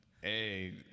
hey